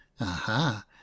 aha